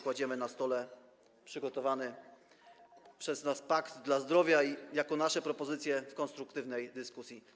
Kładziemy na stole przygotowany przez nas pakt dla zdrowia jako nasze propozycje w konstruktywnej dyskusji.